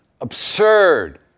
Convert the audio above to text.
absurd